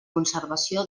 conservació